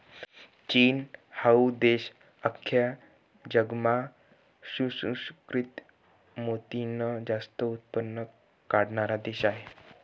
चीन हाऊ देश आख्खा जगमा सुसंस्कृत मोतीनं जास्त उत्पन्न काढणारा देश शे